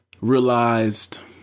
realized